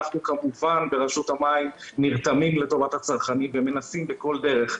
אנחנו כמובן ברשות המים נרתמים לטובת הצרכנים ומנסים בכל דרך,